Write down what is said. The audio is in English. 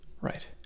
right